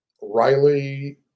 Riley